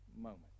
moment